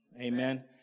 Amen